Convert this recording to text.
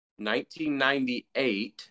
1998